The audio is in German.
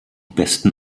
besten